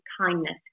kindness